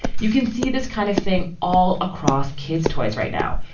you can see this kind of thing all across kids toys right now,